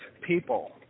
people